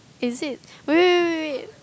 is it wait wait wait wait wait